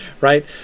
right